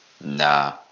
Nah